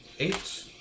Eight